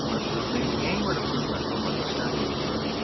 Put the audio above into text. हजुर यहीँ यहीँबाट बोल्नु भएको भन्नुहोस् न के थियो